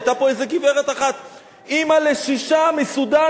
היתה פה איזו גברת אחת, אמא לשישה מסודן.